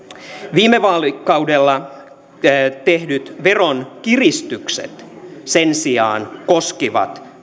viime vaalikaudella tehdyt veronkiristykset sen sijaan taas koskivat